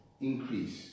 increase